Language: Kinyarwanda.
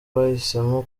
bahisemo